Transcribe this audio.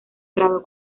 prado